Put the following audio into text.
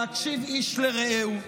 להקשיב איש לרעהו.